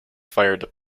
fire